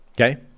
okay